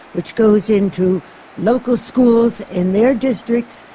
which goes into local schools in their districts,